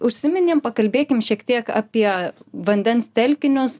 užsiminėm pakalbėkim šiek tiek apie vandens telkinius